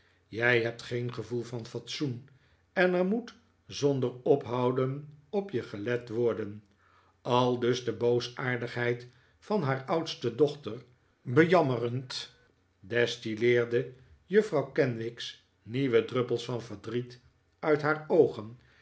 jij hebt geen gevoel van fatsoen en er moet zonder ophouden op je gelet worden aldus de boosaardigheid van haar oudste dochter bejammerend destilleerde juffrouw kenwigs nieuwe druppels van verdriet uit haar oogen